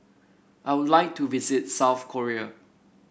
I would like to visit South Korea